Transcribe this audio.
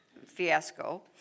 Fiasco